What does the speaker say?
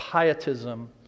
pietism